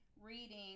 reading